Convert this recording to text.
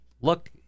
look